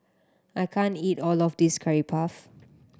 I can't eat all of this Curry Puff